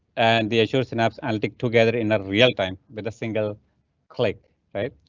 and the azure synapse altick together in our real time with a single click, right?